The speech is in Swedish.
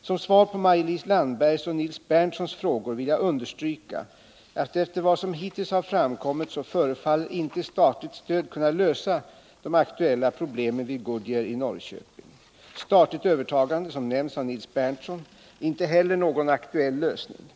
Som svar på Maj-Lis Landbergs och Nils Berndtsons frågor vill jag understryka att efter vad som hittills har framkommit så förefaller inte statligt stöd kunna lösa de aktuella problemen vid Goodyear i Norrköping. Statligt övertagande, som nämnts av Nils Berndtson, är inte heller någon aktuell lösning.